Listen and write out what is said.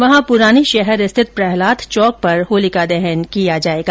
वहां पुराने शहर स्थित प्रहलाद चौक पर होलिका दहन किया जायेगा